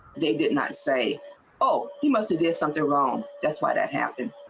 they did not say oh you must do something wrong that's what happened.